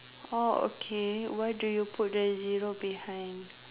orh okay where do you put the zero behind